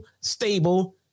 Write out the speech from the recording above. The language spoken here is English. stable